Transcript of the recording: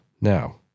Now